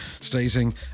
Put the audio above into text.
stating